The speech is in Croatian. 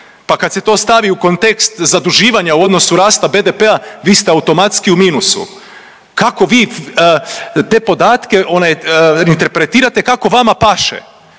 pa kad se to stavi u kontekst zaduživanja u odnosu rasta BDP-a vi ste automatski u minusu. Kako vi te podatke one interpretirate kako vama paše